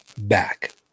back